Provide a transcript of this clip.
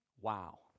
Wow